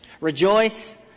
Rejoice